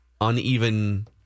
uneven